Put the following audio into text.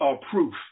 proof